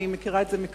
אני מכירה את זה מקרוב,